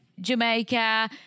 Jamaica